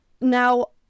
Now